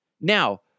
Now